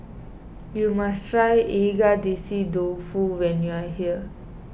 you must try Agedashi Dofu when you are here